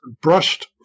Brushed